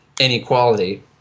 inequality